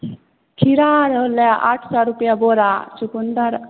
खीरा आर होलै आठ सए रुपिआ बोरा चुकुन्दर